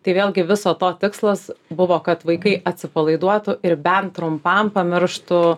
tai vėlgi viso to tikslas buvo kad vaikai atsipalaiduotų ir bent trumpam pamirštų